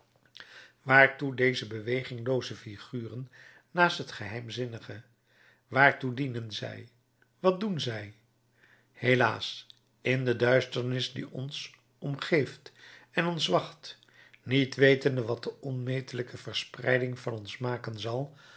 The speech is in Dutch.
waartoe deze beweginglooze figuren naast het geheimzinnige waartoe dienen zij wat doen zij helaas in de duisternis die ons omgeeft en ons wacht niet wetende wat de onmetelijke verspreiding van ons maken zal